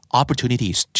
opportunities